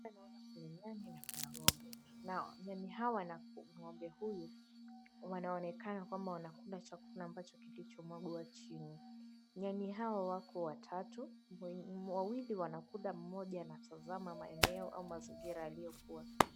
Naona kuna nyani na kuna ng'ombe na nyani hawa na ng'ombe huyu wanaonekana kwamba wanakula chakula ambacho kilichomwangwa chini. Nyani hawa wako watatu wawili wanakula mmoja anatazama mazingira aliyokuwa.